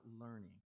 learning